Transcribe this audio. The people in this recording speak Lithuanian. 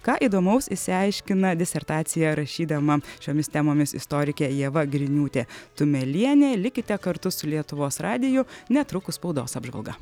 ką įdomaus išsiaiškina disertaciją rašydama šiomis temomis istorikė ieva griniūtė tumelienė likite kartu su lietuvos radiju netrukus spaudos apžvalga